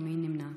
מי נמנע?